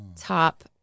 top